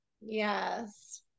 Yes